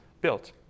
built